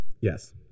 Yes